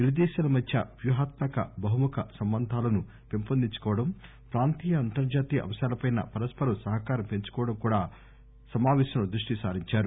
ఇరుదేశాల మధ్య ప్యూహాత్మక బహుముఖ సంబంధాలను పెంపొందించుకోవడం ప్రాంతీయ అంతర్జాతీయ అంశాలపై పరస్సరం సహకారం పెంచుకోవడం కూ డా సమాపేశంలో దృష్టి సారిందారు